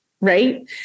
right